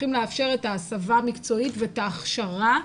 צריכים לאפשר את ההסבה המקצועית ואת ההכשרה.